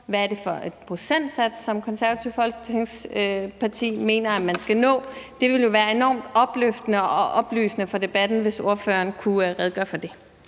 Hvad er det for en procentsats, som Det Konservative Folkeparti mener at man skal nå? Det ville jo være enormt opløftende og oplysende for debatten, hvis ordføreren kunne redegøre for det.